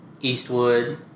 Eastwood